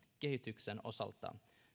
kehityksen osalta